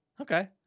okay